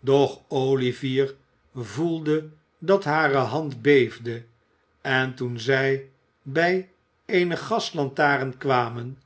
doch olivier voelde dat hare hand beefde en toen zij bij eene gaslantaren kwamen